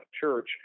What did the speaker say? church